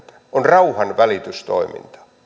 on rauhanvälitystoiminta